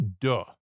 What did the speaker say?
Duh